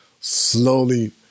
slowly